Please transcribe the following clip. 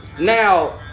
Now